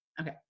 Okay